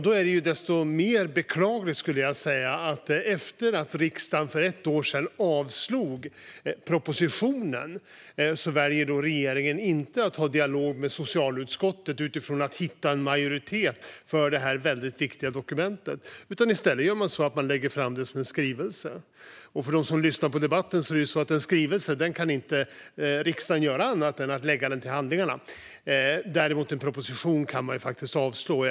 Då är det desto mer beklagligt att regeringen efter att riksdagen för ett år sedan avslog propositionen inte väljer att ha en dialog med socialutskottet för att hitta en majoritet för det här väldigt viktiga dokumentet. I stället lägger man fram det som en skrivelse. För dem som lyssnar på debatten kan jag berätta att när det gäller en skrivelse kan riksdagen inte göra annat än att lägga den till handlingarna. En proposition kan man däremot avslå.